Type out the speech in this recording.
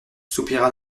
soupira